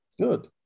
Good